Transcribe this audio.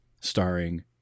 starring